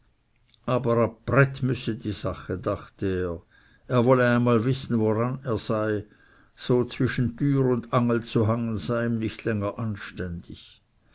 aber ab brett müsse die sache dachte er er wolle einmal wissen woran er sei so zwischen tür und angel zu hangen sei ihm nicht länger anständig